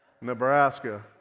Nebraska